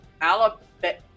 Alabama